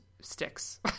sticks